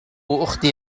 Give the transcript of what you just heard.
أختي